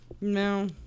No